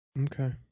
Okay